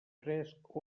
fresc